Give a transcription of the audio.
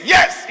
Yes